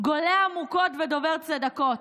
גולה עמוקות ודובר צדקות,